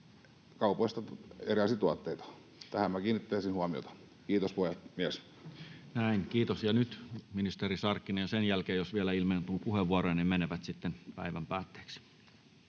kaupoista erilaisia tuotteita. Tähän minä kiinnittäisin huomiota. — Kiitos, puhemies. Näin, kiitos. — Nyt ministeri Sarkkinen, ja sen jälkeen jos vielä ilmaantuu puheenvuoroja, ne menevät sitten päivän päätteeksi.